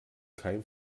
kein